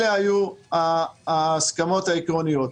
אלה היו ההסכמות העקרוניות.